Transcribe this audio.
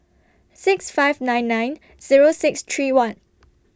six five nine nine Zero six three one